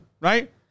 right